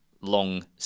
long